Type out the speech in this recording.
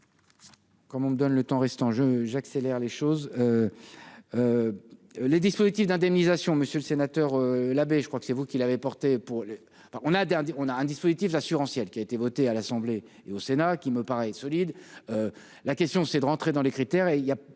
Comme on nous donne le temps restant je j'accélère les choses, les dispositifs d'indemnisation, monsieur le sénateur, la bé je crois que c'est vous qui l'avait porté pour le alors on a derrière on a un dispositif assurantiel, qui a été votée à l'Assemblée et au Sénat, qui me paraît solide, la question c'est de rentrer dans les critères